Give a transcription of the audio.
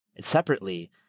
Separately